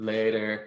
Later